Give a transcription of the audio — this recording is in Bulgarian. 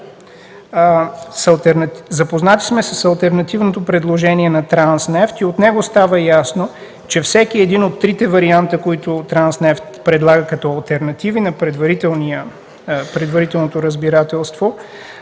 „Запознати сме с алтернативното предложение на „Транснефт” и от него става ясно, че всеки един от трите варианта, които „Транснефт” предлага алтернативи на предварителното разбирателство,